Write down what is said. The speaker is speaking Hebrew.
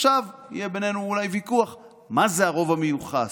עכשיו אולי יהיה בינינו ויכוח על מה זה הרוב המיוחס,